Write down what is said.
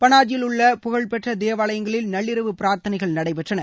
பனாஜியிலுள்ள புகழ்பெற்ற தேவாலயங்களில் நள்ளிரவு பிரார்த்தனைகள் நடைபெற்றன